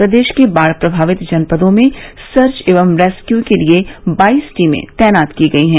प्रदेश के बाढ़ प्रभावित जनपदों में सर्च एवं रेस्क्यू के लिये बाईस टीमें तैनात की गई है